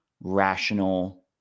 rational